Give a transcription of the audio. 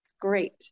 great